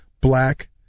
black